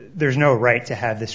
there's no right to have this